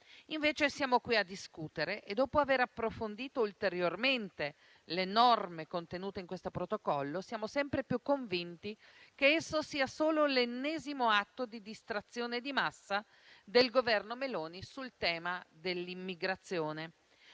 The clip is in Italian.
Invece siamo qui a discutere e, dopo aver approfondito ulteriormente le norme contenute in questo Protocollo, siamo sempre più convinti che sia solo l'ennesimo atto di distrazione di massa del Governo Meloni sul tema dell'immigrazione.